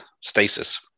stasis